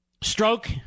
stroke